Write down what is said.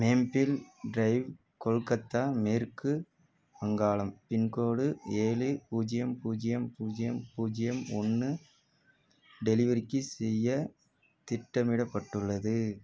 நேம்பில் drive Kolkata மேற்கு வங்காளம் pincode ஏழு பூஜ்ஜியம் பூஜ்ஜியம் பூஜ்ஜியம் பூஜ்ஜியம் ஒன்று டெலிவரிக்கு செய்ய திட்டமிடப்பட்டுள்ளது